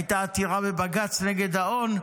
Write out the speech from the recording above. הייתה עתירה לבג"ץ נגד האון,